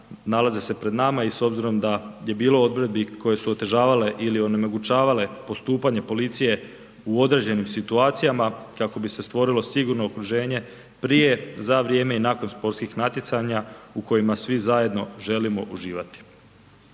nalaze se pred nama i s obzirom da je bilo odredbi koje su otežavale ili onemogućavale postupanje policije u određenim situacijama kako bi se stvorilo sigurno okruženje prije, za vrijeme i nakon sportskih natjecanja u kojima svi zajedno želimo uživati.